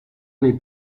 nei